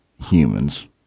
humans